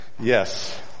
Yes